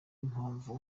mpamvu